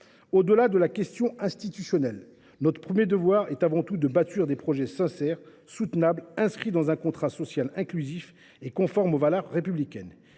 Au delà de la question institutionnelle, notre premier devoir est de bâtir des projets sincères, soutenables, inscrits dans un contrat social inclusif et conformes aux valeurs républicaines.